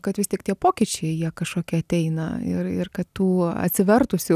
kad vis tik tie pokyčiai jie kažkokie ateina ir ir kad tų atsivertusių